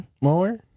more